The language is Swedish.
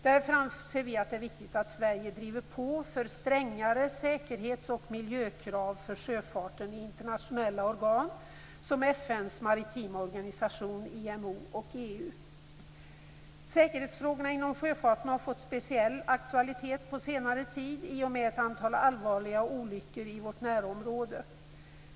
Därför anser vi kristdemokrater att det är viktigt att Sverige driver på för strängare säkerhets och miljökrav för sjöfarten i internationella organ som t.ex. FN:s maritima organisation IMO och i EU. Säkerhetsfrågorna inom sjöfarten har fått speciell aktualitet på senare tid i och med ett antal allvarliga olyckor i vårt närområde.